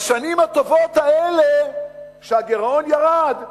בשנים הטובות האלה, שהגירעון ירד,